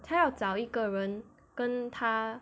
他要找一个人跟他